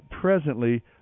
presently